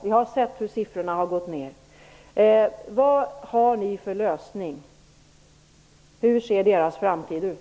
Vi har sett hur siffrorna har gått ned. Vad har ni för lösning? Hur ser deras framtid ut?